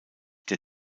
der